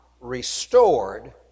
restored